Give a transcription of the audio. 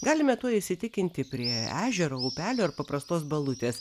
galime tuo įsitikinti prie ežero upelio ir paprastos balutės